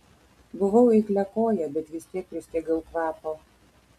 buvau eikliakojė bet vis tiek pristigau kvapo